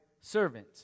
Servant